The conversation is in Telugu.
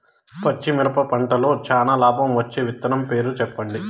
పచ్చిమిరపకాయ పంటలో చానా లాభం వచ్చే విత్తనం పేరు చెప్పండి?